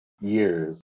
years